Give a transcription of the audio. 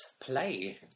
play